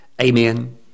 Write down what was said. amen